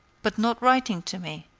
but not writing to me,